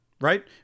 right